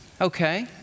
Okay